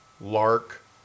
lark